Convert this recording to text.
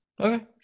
Okay